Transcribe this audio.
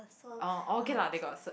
orh okay lah they got search